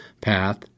path